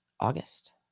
August